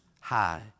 high